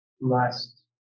Last